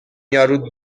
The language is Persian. یارو